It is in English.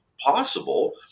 possible